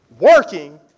working